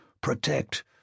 Protect